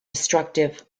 destructive